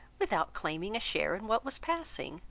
without claiming a share in what was passing.